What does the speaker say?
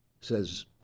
says